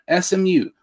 SMU